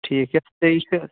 ٹھیٖک چھُ